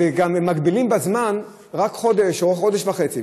גם מגבילים בזמן, רק חודש או חודש וחצי.